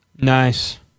Nice